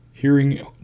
Hearing